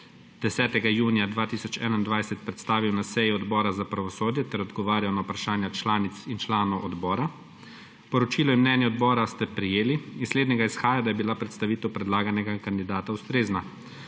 10. junija 2021 predstavil na seji Odbora za pravosodje ter odgovarjal na vprašanja članic in članov odbora. Poročilo in mnenje odbora ste prejeli. Iz slednjega izhaja, da je bila predstavitev predlaganega kandidata ustrezna.